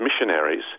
missionaries